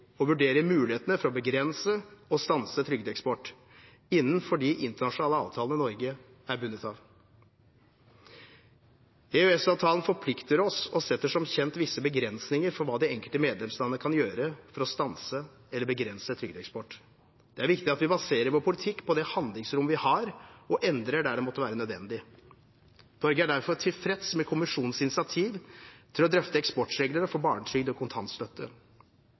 og vurdere mulighetene for å begrense og stanse trygdeeksport innenfor de internasjonale avtalene Norge er bundet av. EØS-avtalen forplikter oss og setter som kjent visse begrensninger for hva de enkelte medlemslandene kan gjøre for å stanse eller begrense trygdeeksport. Det er viktig at vi baserer vår politikk på det handlingsrom vi har, og endrer der det måtte være nødvendig. Norge er derfor tilfreds med kommisjonens initiativ til å drøfte eksportreglene for barnetrygd og kontantstøtte.